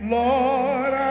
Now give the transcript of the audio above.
lord